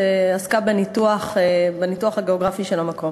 שעסקה בניתוח הגיאוגרפי של המקום: